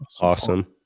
Awesome